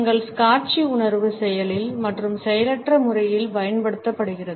எங்கள் காட்சி உணர்வு செயலில் மற்றும் செயலற்ற முறையில் பயன்படுத்தப்படுகிறது